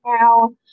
Now